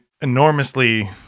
enormously